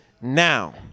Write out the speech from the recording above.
now